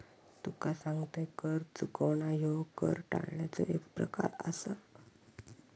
तुका सांगतंय, कर चुकवणा ह्यो कर टाळण्याचो एक प्रकार आसा